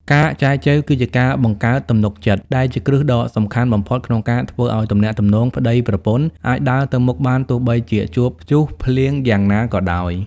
ការចែចូវគឺជាការបង្កើត "ទំនុកចិត្ត" ដែលជាគ្រឹះដ៏សំខាន់បំផុត ក្នុងការធ្វើឱ្យទំនាក់ទំនងប្ដីប្រពន្ធអាចដើរទៅមុខបានទោះបីជាជួបព្យុះភ្លៀងយ៉ាងណាក៏ដោយ។